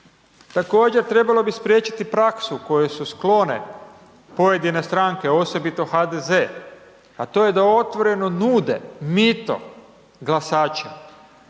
Također trebalo bi spriječiti praksu kojoj su sklone pojedine stranke, osobito HDZ, a to je da otvoreno nude mito glasačima,